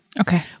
okay